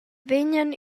vegnan